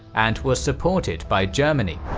and was supported by germany.